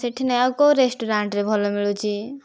ସେହିଠି ନାହିଁ ଆଉ କେଉଁ ରେଷ୍ଟୁରାଣ୍ଟରେ ଭଲ ମିଳୁଛି